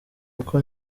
kuko